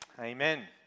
amen